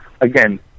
again